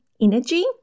energy